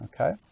Okay